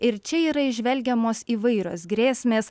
ir čia yra įžvelgiamos įvairios grėsmės